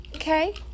Okay